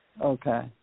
Okay